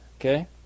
Okay